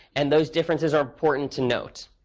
and those differences are important to note.